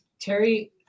Terry